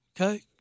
okay